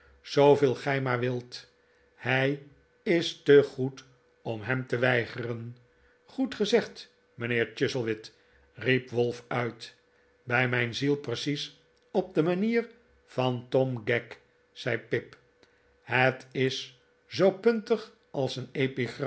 zooveel gij maar wilt hij is te goed om hem te weigeren goed gezegd mijnheer chuzzlewit riep wolf uit bij mijn ziel precies op de manier van tom gagg zei pip het is zoo puntig als een